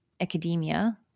academia